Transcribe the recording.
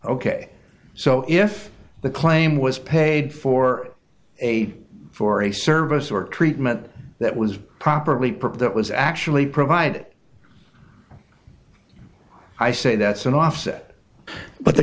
ok so if the claim was paid for a for a service or treatment that was properly provide that was actually provided i say that's an offset but the